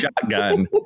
shotgun